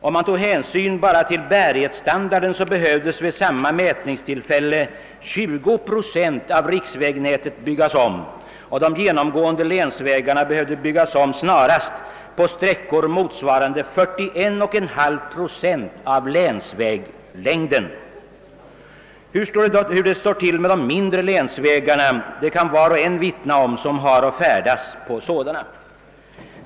Om man tog hänsyn endast till bärighetsstandarden behövde vid samma mätningstillfälle 20 procent av riksvägsnätet byggas om, och de genomgående länsvägarna behövde byggas om snarast på sträckor motsvarande 41,5 procent av länsväglängden. Hur det står till med de mindre länsvägarna kan var och en vittna om som har att färdas på dylika.